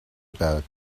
about